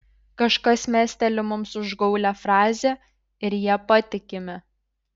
kažkas mesteli mums užgaulią frazę ir ja patikime